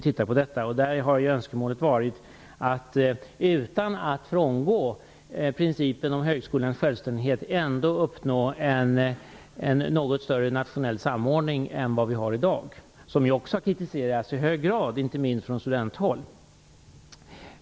Önskemålet har varit att utan att frångå principen om högskolans självständighet uppnå en något större nationell samordning än vad vi har i dag. Det är ju också något som har kritiserats i hög grad, inte minst från studenthåll.